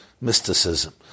mysticism